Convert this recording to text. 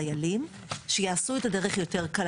את זה אך ורק במסגרות סגורות כמו של צה"ל או בצוואה ביולוגית.